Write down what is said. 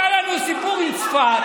כשהיה לנו סיפור עם צפת,